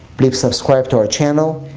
please subscribe to our channel.